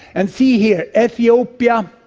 and see here, ethiopia,